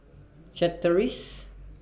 Chateraise